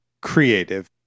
creative